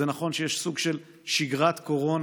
זה נכון שיש סוג של שגרת קורונה,